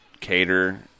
Cater